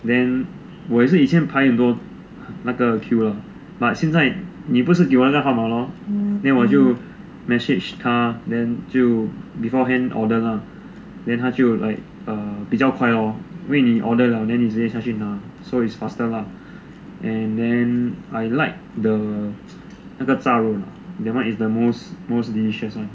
then 我也是以前排很多那个 queue lor but 现在你不是给那个号码 lor then 我就 message 他 then 就 beforehand order lah then 他就 like err 比较快 lor 因为你 order liao then 你直接下去拿 so it's faster lah and then I like the 那个炸肉 that one is the most most delicious one